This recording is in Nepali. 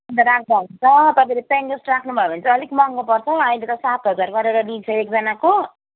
अन्त राख्दा हुन्छ तपाईँले पेयिङ गेस्ट राख्नुभयो भने चाहिँ अलिक महँगो पर्छ हौ अहिले त सात हजार गरेर लिन्छ एकजनाको